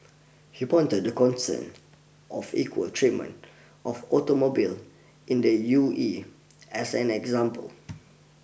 he pointed to concerns of equal treatment of automobiles in the U E as an example